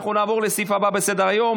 רבותיי, אנחנו נעבור לסעיף הבא בסדר-היום,